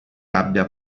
abbia